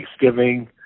Thanksgiving